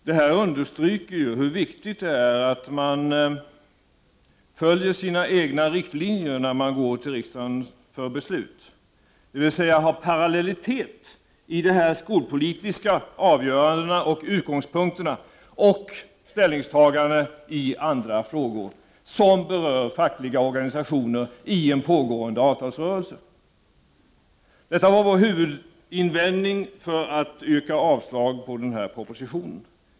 Detta understryker hur viktigt det är att man följer sina egna riktlinjer när man går till riksdagen för beslut, dvs. har parallellitet mellan de skolpolitiska avgörandena och utgångspunkterna samt ställningstagandena i andra frågor som berör fackliga organisationer i en pågående avtalsrörelse. Detta var vår huvudinvändning för att yrka avslag på propositionen.